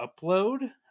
Upload